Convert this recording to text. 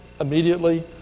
immediately